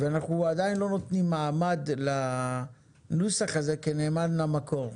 ואנחנו עדיין לא נותנים מעמד לנוסח הזה כנאמן למקור.